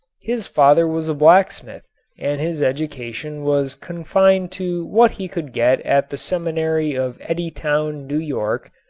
his father was a blacksmith and his education was confined to what he could get at the seminary of eddytown, new york,